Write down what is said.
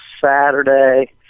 Saturday